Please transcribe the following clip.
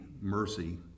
mercy